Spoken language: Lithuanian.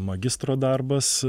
magistro darbas